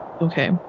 Okay